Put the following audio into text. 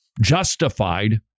justified